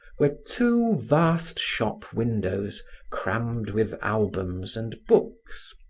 were two vast shop windows crammed with albums and books.